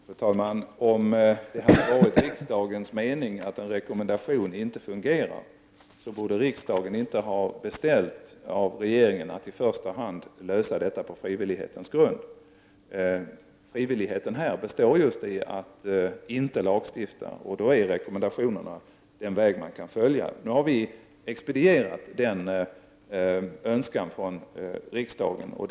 Fru talman! Om det hade varit riksdagens mening att en rekommendation inte fungerar borde riksdagen inte ha gjort en beställning till regeringen som gick ut på att i första hand lösa detta på frivillighetens grund. Frivilligheten här består just i att inte lagstifta, och då är rekommendationer den väg man kan följa. Vi har nu expedierat denna riksdagens önskan.